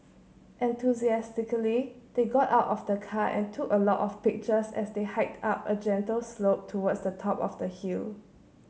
enthusiastically they got out of the car and took a lot of pictures as they hiked up a gentle slope towards the top of the hill